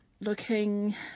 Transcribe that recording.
looking